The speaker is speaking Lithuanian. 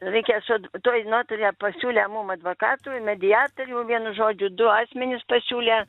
reikės toj notarė pasiūlė mum advokatų i mediatorių vienu žodžiu du asmenis pasiūlė